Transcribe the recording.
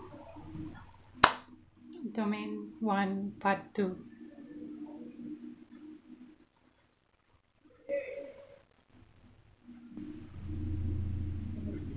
domain one part two